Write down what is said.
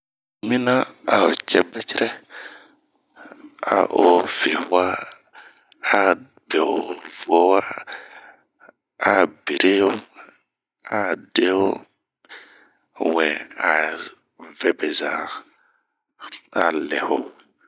Oyi cɛ bɛcɛrɛ, ao fi ua ao de'o fuowa ,a biri ho,a deho wɛɛ a vɛbeza a lɛho.